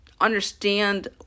understand